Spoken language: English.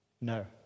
No